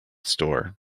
store